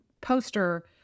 poster